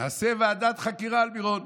נעשה ועדת חקירה על מירון.